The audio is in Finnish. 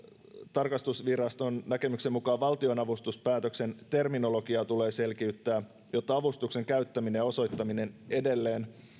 tarkastusviraston näkemyksen mukaan valtionavustuspäätöksen terminologiaa tulee selkiyttää jotta avustuksen käyttäminen ja osoittaminen edelleen